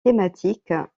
thématique